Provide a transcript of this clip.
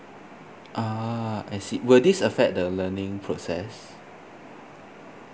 ah I see will this affect the learning process